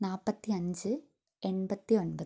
നാല്പത്തിയഞ്ച് എൺപത്തി ഒൻപത്